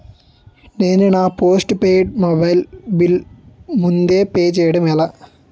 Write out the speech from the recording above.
నేను నా postpaid mobile bill ముందే పే చేయడం ఎలా?